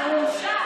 תראו,